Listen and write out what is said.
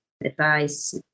advice